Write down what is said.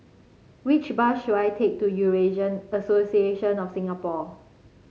which bus should I take to Eurasian Association of Singapore